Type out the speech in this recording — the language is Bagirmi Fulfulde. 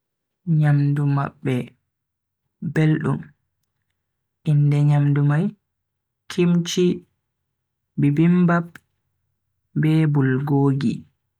Nyamdu mabbe beldum, inde nyamdu mai kimchi, bibimbap be bulgogi.